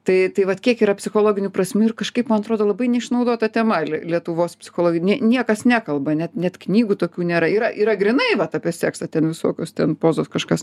tai tai vat kiek yra psichologinių prasmių ir kažkaip man atrodo labai neišnaudota tema lietuvos psichologijoj ne niekas nekalba net net knygų tokių nėra yra yra grynai vat apie seksą ten visokios ten pozos kažkas